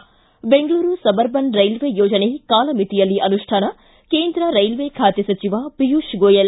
ಿ Bengaluru suburban railway ಯೋಜನೆ ಕಾಲಮಿತಿಯಲ್ಲಿ ಅನುಷ್ಯಾನ ಕೇಂದ್ರ ರೈಲ್ವೆ ಖಾತೆ ಸಚಿವ ಪಿಯೂಷ್ ಗೋಯಲ್